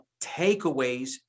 takeaways